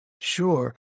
Sure